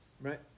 Right